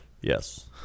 Yes